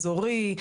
אזורי.